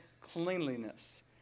cleanliness